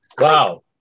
Wow